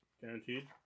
Guaranteed